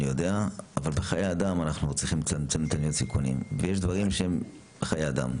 אבל בחיי אדם אנחנו צריכים לצמצם את הסיכונים ויש דברים שהם חיי אדם.